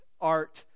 art